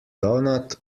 doughnut